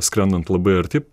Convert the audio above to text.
skrendant labai arti